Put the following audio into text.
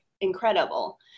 incredible